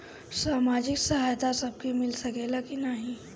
सामाजिक सहायता सबके मिल सकेला की नाहीं?